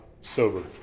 sober